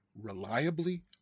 reliably